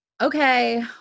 Okay